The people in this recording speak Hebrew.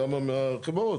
גם החברות.